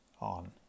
on